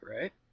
right